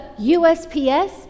USPS